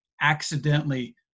accidentally